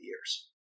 years